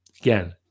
Again